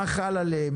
מה חל עליהם,